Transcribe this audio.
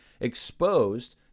exposed